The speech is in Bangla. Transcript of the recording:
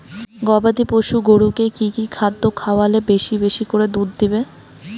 গবাদি পশু গরুকে কী কী খাদ্য খাওয়ালে বেশী বেশী করে দুধ দিবে?